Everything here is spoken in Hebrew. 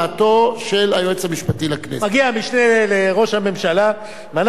מגיע משנה לראש הממשלה ואנחנו יודעים שהוא ציוני,